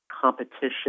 competition